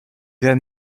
sehr